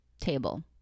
table